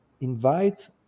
invite